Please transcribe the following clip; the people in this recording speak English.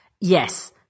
Yes